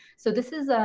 so this is,